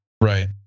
Right